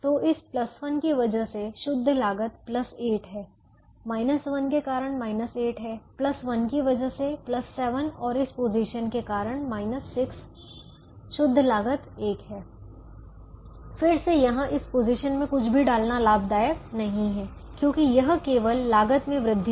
तो इस 1 की वजह से शुद्ध लागत 8 है 1 के कारण 8 है 1 की वजह से 7 और इस पोजीशन के कारण 6 शुद्ध लागत 1 है फिर से यहां इस पोजीशन में कुछ भी डालना लाभदायक नहीं है क्योंकि यह केवल लागत में वृद्धि करेगा